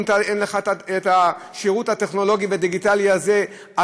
אם אין לך את השירות הטכנולוגי והדיגיטלי הזה,